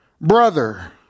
brother